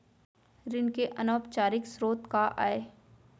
ऋण के अनौपचारिक स्रोत का आय?